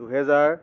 দুহেজাৰ